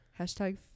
hashtag